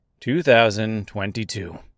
2022